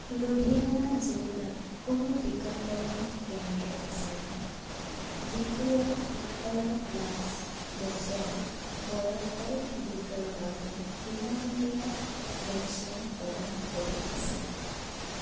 লুধিয়ানা জিলাত কোনো টিকাকৰণ কেন্দ্ৰ আছেনে যিটোৱে ওঁঠৰ প্লাছ বছৰ বয়সৰ গোটৰ বাবে বিনামূলীয়া ভেকচিন প্ৰদান কৰি আছে